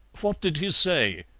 what did he say?